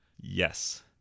Yes